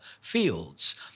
fields